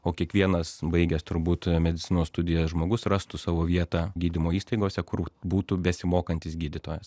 o kiekvienas baigęs turbūt medicinos studijas žmogus rastų savo vietą gydymo įstaigose kur būtų besimokantis gydytojas